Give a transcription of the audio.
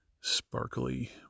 sparkly